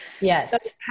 Yes